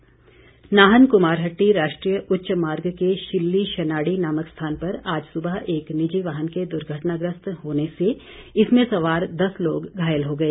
दुर्घटना नाहन कुमारहटी राष्ट्रीय उच्च मार्ग के शिल्ली शनाड़ी नामक स्थान पर आज सुबह एक निजी वाहन के दुर्घटना ग्रस्त होने से इसमें सवार दस लोग घायल हो गए